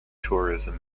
tourism